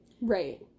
right